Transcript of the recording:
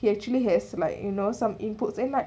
he actually has like you know some inputs and like